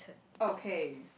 okay